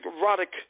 erotic